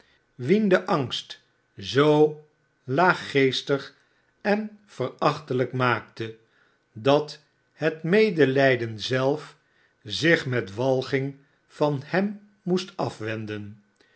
de angst zoo laaggeestig en verachtelijk maakte dathetmedelyden zelf zich met walging van hem moest afwenden